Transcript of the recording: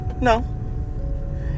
No